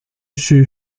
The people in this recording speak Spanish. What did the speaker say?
shu